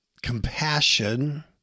Compassion